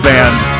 Band